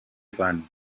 pan